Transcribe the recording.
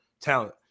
talent